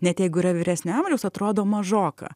net jeigu yra vyresnio amžiaus atrodo mažoka